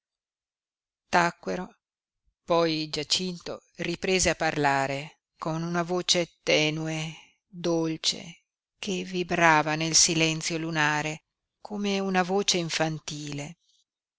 commosso tacquero poi giacinto riprese a parlare con una voce tenue dolce che vibrava nel silenzio lunare come una voce infantile